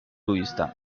augustin